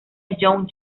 young